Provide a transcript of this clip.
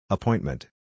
Appointment